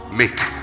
make